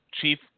Chief